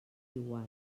igual